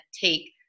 take